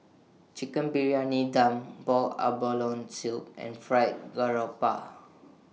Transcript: Chicken Briyani Dum boiled abalone Soup and Fried Garoupa